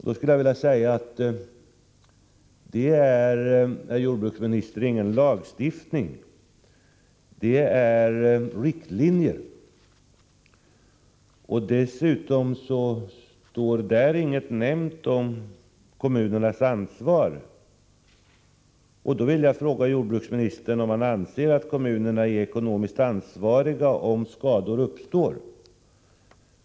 Detta är inte, herr jordbruksminister, någon lagstiftning, utan det är riktlinjer, där det inte står någonting om kommunernas ansvar. Jag vill därför fråga jordbruksministern om han anser att kommunerna är ekonomiskt ansvariga om skador uppstår.